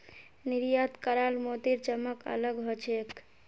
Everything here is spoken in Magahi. निर्यात कराल मोतीर चमक अलग ह छेक